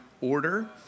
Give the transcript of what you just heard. order